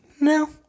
No